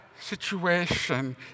situation